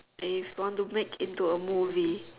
if want to make into a movie